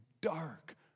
dark